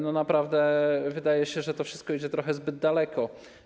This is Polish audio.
Naprawdę wydaje się, że to wszystko idzie trochę zbyt daleko.